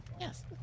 yes